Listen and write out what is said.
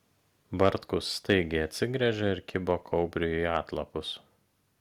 bartkus staigiai atsigręžė ir kibo kaubriui į atlapus